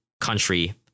country